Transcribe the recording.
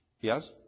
Yes